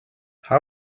how